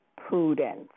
prudence